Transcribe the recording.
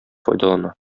файдалана